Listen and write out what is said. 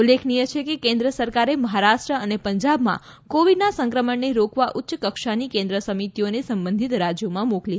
ઉલ્લેખનીય છે કે કેન્દ્ર સરકારે મહારાષ્ટ્ર અને પંજાબમાં કોવિડના સંક્રમણને રોકવા ઉચ્ચ કક્ષાની કેન્દ્ર સમિતિઓને સંબંધિત રાજ્યોમાં મોકલી હતી